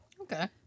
Okay